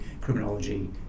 criminology